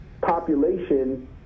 population